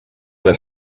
der